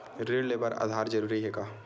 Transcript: ऋण ले बर आधार ह जरूरी हे का?